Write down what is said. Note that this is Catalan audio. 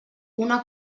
una